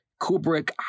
kubrick